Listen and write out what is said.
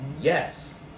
Yes